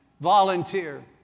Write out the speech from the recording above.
volunteer